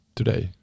today